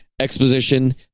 Exposition